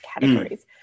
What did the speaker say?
categories